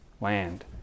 land